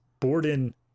Borden